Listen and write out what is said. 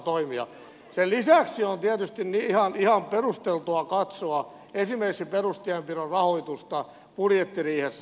sen lisäksi on tietysti ihan perusteltua katsoa esimerkiksi perustienpidon rahoitusta budjettiriihessä